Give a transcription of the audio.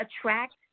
attract